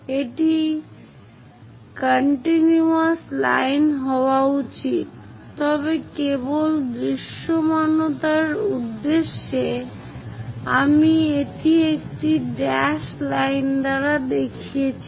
এটি একটি continuous line হওয়া উচিত তবে কেবল দৃশ্যমানতার উদ্দেশ্যে আমি এটি একটি ড্যাশড লাইন দ্বারা দেখিয়েছি